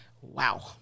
Wow